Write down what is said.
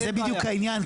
אבל זה בדיוק העניין.